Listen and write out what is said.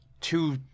two